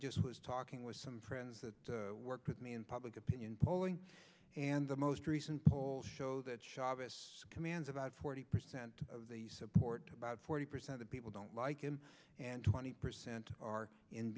just was talking with some friends that work with me in public opinion polling and the most recent polls show that chavez commands about forty percent of the support about forty percent of people don't like him and twenty percent are in